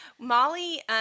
Molly